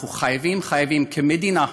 אנחנו חייבים, חייבים, כמדינה,